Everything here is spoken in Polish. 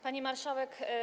Pani Marszałek!